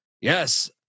Yes